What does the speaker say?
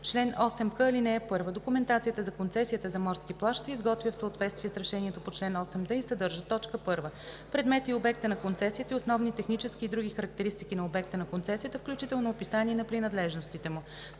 Чл. 8к. (1) Документацията за концесията за морски плаж се изготвя в съответствие с решението по чл. 8д и съдържа: 1. предмета и обекта на концесията и основни технически и други характеристики на обекта на концесията, включително описание на принадлежностите му;